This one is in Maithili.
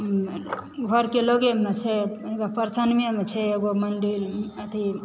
घरके लगेमे छै परसनमे छै एगो मंडिल अथी